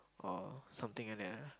or something like that ah